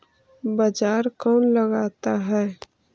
बाजार कौन लगाता है?